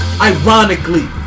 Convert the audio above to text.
Ironically